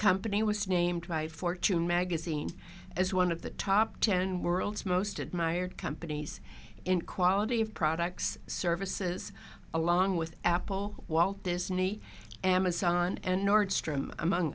company was named by fortune magazine as one of the top ten world's most admired companies in quality of products services along with apple walt disney amazon and nordstrom among